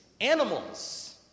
Animals